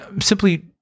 Simply